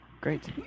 great